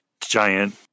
giant